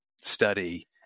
study